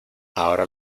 ahora